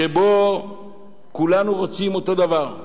שבו כולנו רוצים אותו דבר,